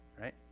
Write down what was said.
right